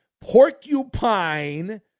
porcupine